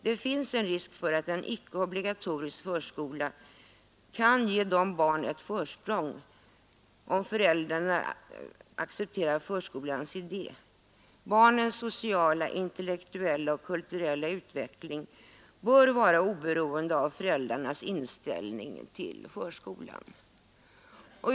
Det finns en risk för att en icke obligatorisk förskola kan ge de barn ett försprång vilkas föräldrar accepterar förskolans idé. Barnens sociala, intellektuella och kulturella utveckling bör vara oberoende av föräldrarnas inställning till förskolan.